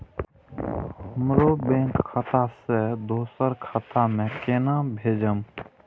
हमरो बैंक खाता से दुसरा खाता में केना भेजम?